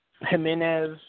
Jimenez